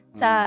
sa